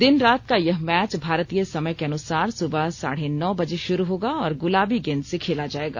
दिन रात का यह मैच भारतीय समय के अनुसार सुबह साढ़े नौ बजे शुरू होगा और गुलाबी गेंद से खेला जाएगा